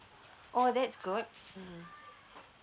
oh that's good mmhmm